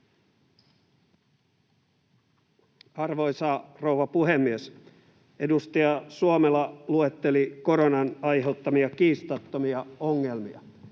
Arvoisa rouva puhemies! Edustaja Suomela luetteli koronan aiheuttamia kiistattomia ongelmia,